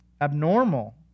Abnormal